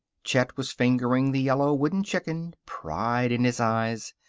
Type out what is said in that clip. chet was fingering the yellow wooden chicken, pride in his eyes.